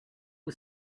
was